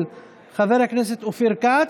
של חבר הכנסת אופיר כץ,